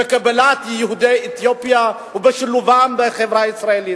בקבלת יהודי אתיופיה ובשילובם בחברה הישראלית.